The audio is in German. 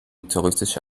touristische